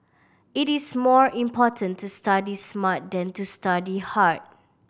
it is more important to study smart than to study hard